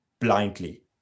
blindly